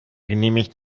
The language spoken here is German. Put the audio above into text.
genehmigt